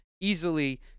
easily